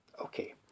Okay